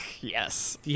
yes